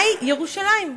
מהי ירושלים?